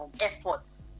efforts